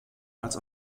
als